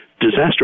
Disaster